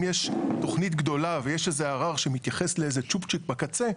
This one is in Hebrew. אם יש תוכנית גדולה ויש איזה ערר שמתייחס לאיזה צ'ופצ'יק בקצה,